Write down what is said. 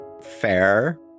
fair